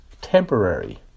temporary